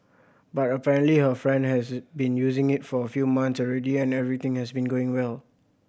but apparently her friend has been using it for a few months already and everything has been going well